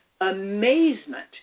amazement